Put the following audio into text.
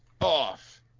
off